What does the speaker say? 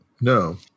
No